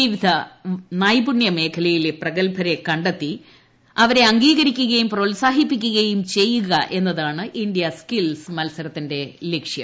വിവിധ നൈപുണൃ മേഖലയിലെ പ്രഗത്ഭരെ കണ്ടെത്തി അവരെ അംഗീകരിക്കുകയും പ്രോത്സാഹിപ്പിക്കുകയും ചെയ്യുക എന്നതാണ് ഇന്തൃ ്സ്കിൽസ് മത്സരത്തിന്റെ ലക്ഷ്യം